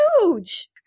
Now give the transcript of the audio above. huge